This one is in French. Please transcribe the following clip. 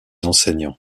enseignants